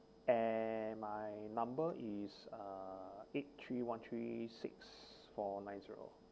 and my number is uh eight three one three six four nine zero